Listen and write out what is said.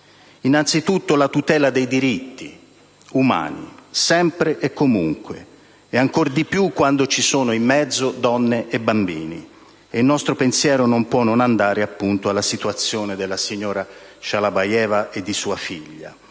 Innanzitutto la tutela dei diritti umani, sempre e comunque e ancor di più quando ci sono di mezzo donne e bambini, e il nostro pensiero non può non andare, appunto, alla situazione della signora Shalabayeva e di sua figlia,